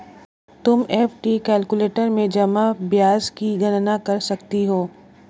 तुम FD calculator में जमा ब्याज की गणना कर सकती हो